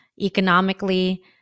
economically